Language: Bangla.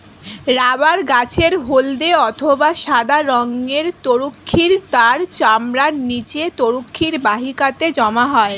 রাবার গাছের হল্দে অথবা সাদা রঙের তরুক্ষীর তার চামড়ার নিচে তরুক্ষীর বাহিকাতে জমা হয়